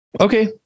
Okay